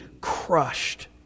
crushed